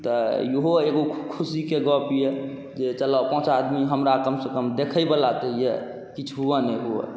तऽ इहो एगो खुशीके गप अइ जे चलऽ पाँच आदमी हमरा कमसँ कम देखैवला तऽ अइ किछु हुअए नहि हुअए